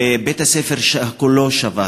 בית-הספר כולו שבת.